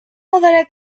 olarak